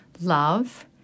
love